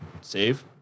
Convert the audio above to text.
save